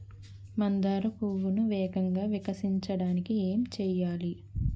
మందార పువ్వును వేగంగా వికసించడానికి ఏం చేయాలి?